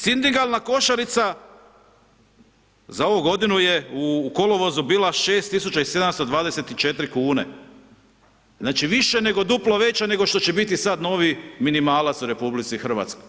Sindikalna košarica za ovu godinu je u kolovozu bila 6724 kune, znači više, duplo veća nego što će biti sad novi minimalac u RH.